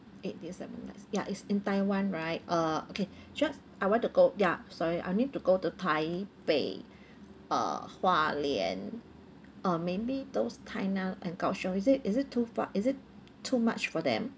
eight days seven nights ya it's in taiwan right uh okay sure I want to go ya sorry I need to go to taipei uh hualien uh maybe those tainan and kaohsiung is it is it too far is it too much for them